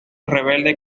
rebelde